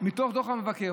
מתוך דוח המבקר.